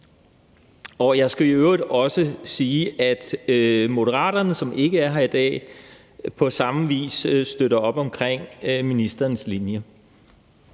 Jeg skal i øvrigt også sige, at Moderaterne, som ikke er her i dag, på samme vis støtter op omkring ministerens linje.